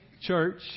church